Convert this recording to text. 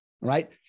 right